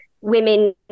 women